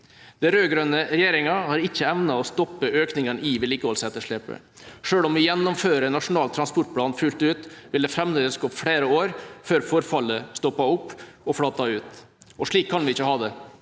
Den rød-grønne regjeringa har ikke evnet å stoppe økningen i vedlikeholdsetterslepet. Selv om vi gjennomfører Nasjonal transportplan fullt ut, vil det framdeles gå flere år før forfallet stopper opp og flater ut. Slik kan vi ikke ha det.